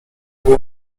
nie